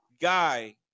guy